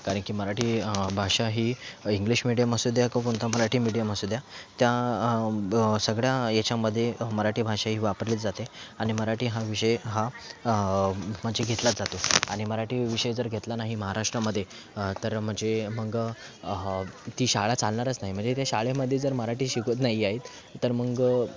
कारण की मराठी भाषा ही इंग्लिश मिडीयम असू द्या का कोणतं मराठी मिडीयम असू द्या त्या सगळ्या याच्यामध्ये मराठी भाषा ही वापरलीच जाते आणि मराठी हा विषय हा म्हणजे घेतलाच जातो आणि मराठी विषय जर घेतला नाही महाराष्ट्रामध्ये तर म्हणजे मग ती शाळा चालणारच नाही म्हणजे त्या शाळेमध्ये जर मराठी शिकवत नाही आहेत तर मग